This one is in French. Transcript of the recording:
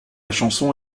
chanson